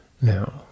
now